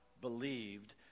believed